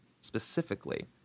specifically